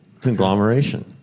conglomeration